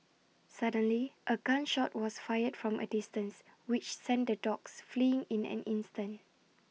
suddenly A gun shot was fired from A distance which sent the dogs fleeing in an instant